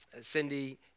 Cindy